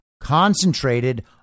concentrated